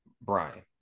Brian